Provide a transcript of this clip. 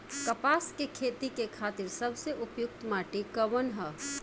कपास क खेती के खातिर सबसे उपयुक्त माटी कवन ह?